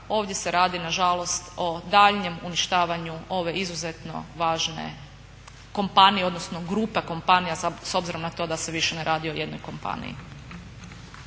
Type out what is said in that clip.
ovdje se radi nažalost o daljnjem uništavanju ove izuzetno važne kompanije odnosno grupe kompanija s obzirom na to da se više ne radi o jednoj kompaniji.